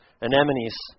anemones